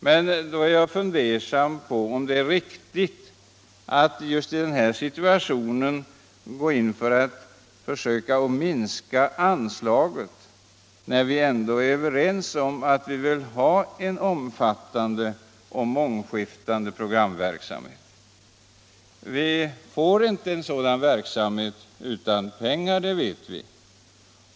Men då är jag fundersam över om det är riktigt att just i den här situationen försöka minska anslaget, när vi ändå är överens om att vi vill ha en omfattande och mångskiftande programverksamhet. Vi får inte en sådan verksamhet utan pengar — det vet vi.